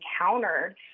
encountered